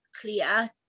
clear